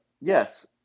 Yes